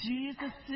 Jesus